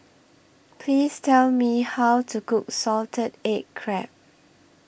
Please Tell Me How to Cook Salted Egg Crab